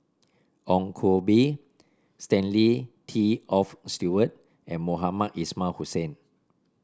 Ong Koh Bee Stanley Toft Stewart and Mohamed Ismail Hussain